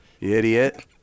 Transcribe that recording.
Idiot